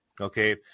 Okay